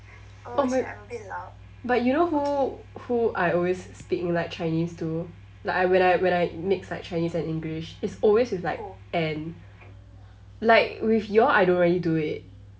oh m~ but you know who who I always speak in like chinese to like I when I when I mix like chinese and english it's always with like anne like with y'all I don't really do it